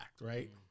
right